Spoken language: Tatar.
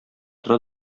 тора